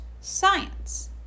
science